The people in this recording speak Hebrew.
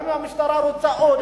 גם אם המשטרה רוצה עוד,